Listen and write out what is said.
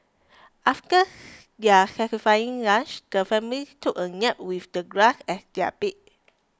after their satisfying lunch the family took a nap with the grass as their bed